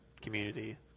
community